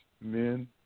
men